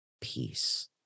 peace